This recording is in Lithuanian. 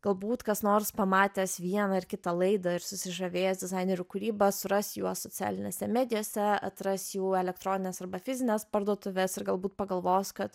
galbūt kas nors pamatęs vieną ar kitą laidą ir susižavėjęs dizainerių kūryba suras juos socialinėse medijose atras jų elektronines arba fizines parduotuves ir galbūt pagalvos kad